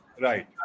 Right